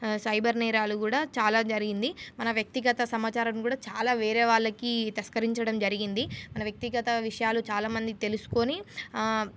cyber నేరాలు కూడా చాలా జరిగింది మన వ్యక్తిగత సమాచారాన్ని కూడా చాలా వేరే వాళ్ళకి తస్కరించడం జరిగింది మన వ్యక్తిగత విషయాలు చాలామంది తెలుసుకొని